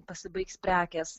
pasibaigs prekės